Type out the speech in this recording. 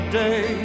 day